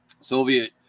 soviet